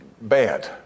bad